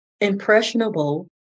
impressionable